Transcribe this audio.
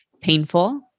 painful